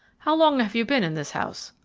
how long have you been in this house?